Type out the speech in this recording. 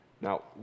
Now